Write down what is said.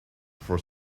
for